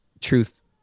truth